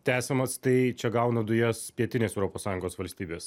tęsiamas tai čia gauna dujas pietinės europos sąjungos valstybės